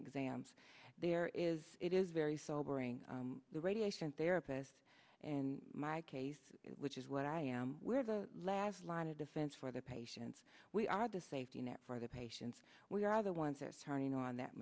exams there is it is very sobering the radiation therapist in my case which is what i am we're the last line of defense for the patients we are the safety net for the patients we are the ones that are counting on that